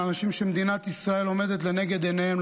לאנשים שמדינת ישראל עומדת לנגד עיניהם,